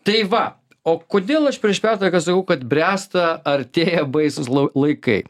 tai va o kodėl aš prieš pertrauką sakau kad bręsta artėja baisūs lau laikai